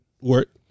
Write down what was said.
work